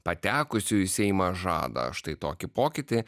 patekusių į seimą žada štai tokį pokytį